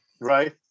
Right